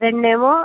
రెండేమో